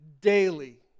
daily